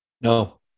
No